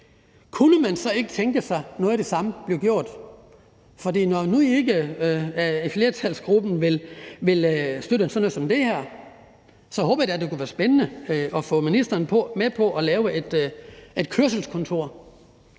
Kunne man så ikke tænke sig, at noget af det samme blev gjort her? For når nu flertalsgruppen ikke vil støtte sådan noget som det her, så håber jeg da – og det kunne være spændende – at få transportministeren med på at lave et kørselskontor